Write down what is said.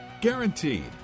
Guaranteed